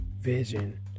vision